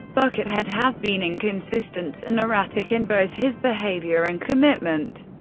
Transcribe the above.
buckethead has been inconsistent and erratic in both his behavior and commitment,